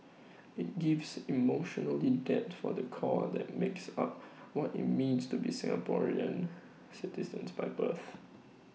IT gives emotional depth for the core that makes up what IT means to be Singaporean citizens by birth